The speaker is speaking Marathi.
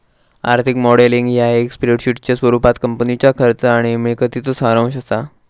आर्थिक मॉडेलिंग ह्या एक स्प्रेडशीटच्या स्वरूपात कंपनीच्या खर्च आणि मिळकतीचो सारांश असा